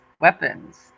weapons